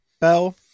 Bell